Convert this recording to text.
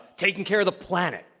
taking care of the planet?